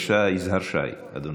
יזהר שי, בבקשה, אדוני.